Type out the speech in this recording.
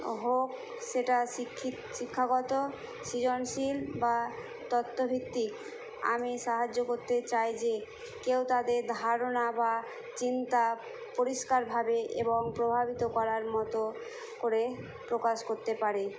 হোক সেটা শিক্ষিত শিক্ষাগত সৃজনশীল বা তত্ত্বভিত্তিক আমি সাহায্য করতে চাই যে কেউ তাদের ধারণা বা চিন্তা পরিষ্কারভাবে এবং প্রভাবিত করার মতো করে প্রকাশ করতে পারে